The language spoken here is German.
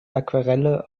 aquarelle